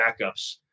backups